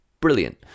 brilliant